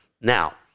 Now